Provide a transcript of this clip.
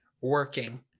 working